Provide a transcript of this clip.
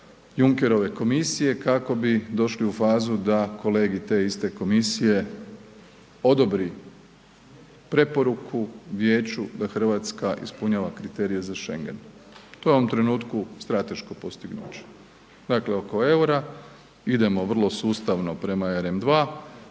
Junckerove komisije kako bi došli u fazu da kolegi te iste komisije odobri preporuku Vijeću da Hrvatska ispunjava kriterije za schengen. To je u ovom trenutku strateško postignuće. Dakle oko eura idemo vrlo sustavno prema RM2,